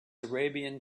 arabian